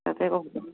তাতে